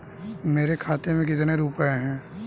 मेरे खाते में कितने रुपये हैं?